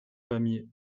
pamiers